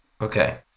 Okay